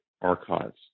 archives